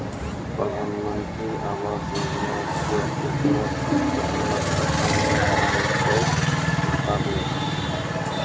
प्रधानमंत्री मंत्री आवास योजना के केतना किस्त हमर खाता मे आयल छै बताबू?